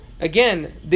again